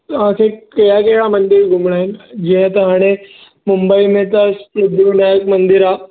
तव्हां खे कहिड़ा कहिड़ा मंदर घुमणा आहिनि जीअं त हाणे मुम्बई में त सिद्धि विनायक मंदर आहे